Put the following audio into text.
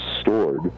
stored